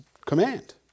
command